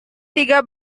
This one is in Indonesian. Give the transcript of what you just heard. tiga